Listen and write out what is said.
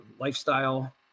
lifestyle